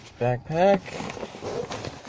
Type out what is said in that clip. backpack